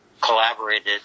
collaborated